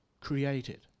created